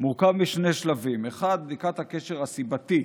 מורכב משני שלבים: האחד, בדיקת הקשר הסיבתי